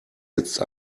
jetzt